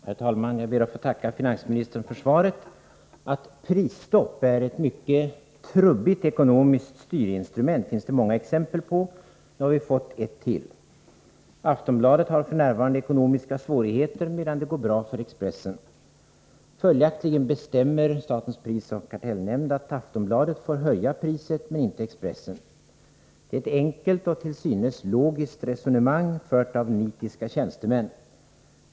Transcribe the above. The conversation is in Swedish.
Herr talman! Jag ber att få tacka finansministern för svaret. Att prisstopp är ett mycket trubbigt ekonomiskt styrinstrument finns det många exempel på. Nu har vi fått ett till. Aftonbladet har f. n. ekonomiska svårigheter, medan det går bra för Expressen. Följaktligen bestämmer statens prisoch kartellnämnd att Aftonbladet får höja priset men inte Expressen. Det är ett enkelt och till synes logiskt resonemang, fört av nitiska tjänstemän.